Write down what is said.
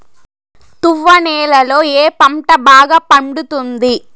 తువ్వ నేలలో ఏ పంట బాగా పండుతుంది?